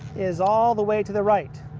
is all the way to the right.